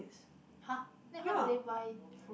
!huh! then how do they buy food